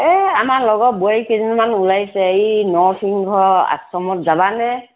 এ আমাৰ লগৰ বোৱাৰী কেইজনীমান ওলাইছে এই নৰসিংহ আশ্ৰমত যাবানে